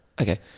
okay